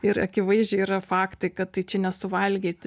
ir akivaizdžiai yra faktai kad tai čia nesuvalgei tu